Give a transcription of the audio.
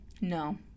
No